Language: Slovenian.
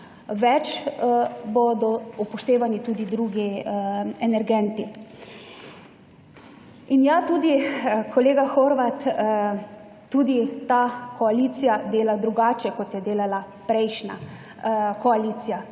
več, bodo upoštevani tudi drugi energenti. In ja, tudi kolega Horvat, tudi ta koalicija dela drugače kot je delala prejšnja koalicija.